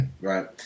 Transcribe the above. Right